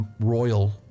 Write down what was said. royal